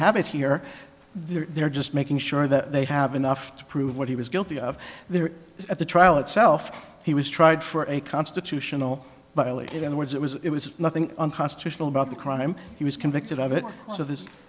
have it here they're just making sure that they have enough to prove what he was guilty of there at the trial itself he was tried for a constitutional but early in the words it was it was nothing unconstitutional about the crime he was convicted of it so th